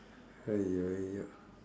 !haiyo! !aiyo!